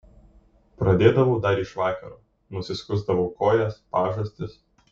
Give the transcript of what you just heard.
pradėdavau dar iš vakaro nusiskusdavau kojas pažastis